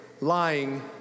lying